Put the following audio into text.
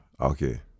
Okay